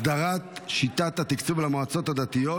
הסדרת שיטת התקצוב למועצות הדתיות